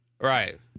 Right